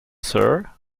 sir